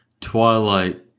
twilight